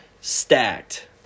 stacked